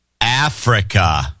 Africa